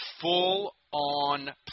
full-on